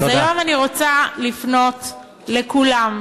אז היום אני רוצה לפנות לכולם,